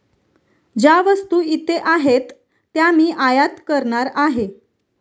ज्या वस्तू इथे आहेत त्या मी आयात करणार आहे